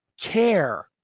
care